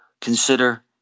consider